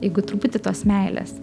jeigu truputį tos meilės